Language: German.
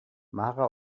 mara